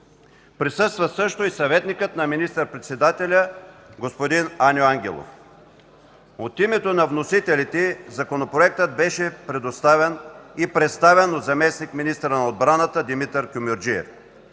Присъства също и съветникът на министър-председателя господин Аню Ангелов. От името на вносителите Законопроектът беше представен от заместник-министъра на отбраната Димитър Кюмюрджиев.